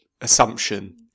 assumption